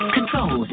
Control